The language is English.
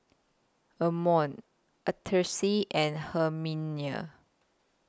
Amon Artis and Herminia